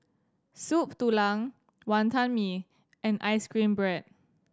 Soup Tulang Wantan Mee and ice cream bread